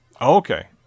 okay